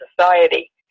society